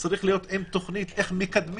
זה צריך להיות עם תוכנית איך מקדמים.